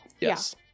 Yes